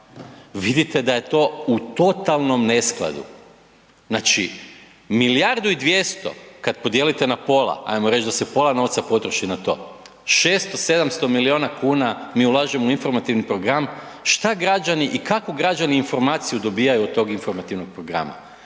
vidite da je to u totalnom neskladu. Znači milijardu i 200 kada podijelite na pola, ajmo reći da se pola novca potroši na to, 600, 700 milijuna kuna mi ulažemo u informativni program. Šta građani i kakvu građani informaciju dobijaju od tog informativnog programa?